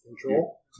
Control